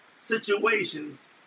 situations